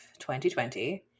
2020